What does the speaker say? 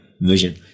vision